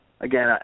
again